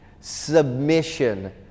submission